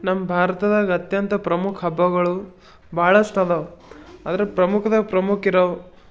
ನಮ್ಮ ಭಾರತದಾಗ ಅತ್ಯಂತ ಪ್ರಮುಖ ಹಬ್ಬಗಳು ಬಾಳಷ್ಟ್ ಅದಾವೆ ಆದ್ರೆ ಪ್ರಮುಖದಾಗ ಪ್ರಮುಖ ಇರೋವು